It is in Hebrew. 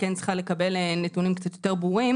כן צריכה לקבל נתונים קצת יותר ברורים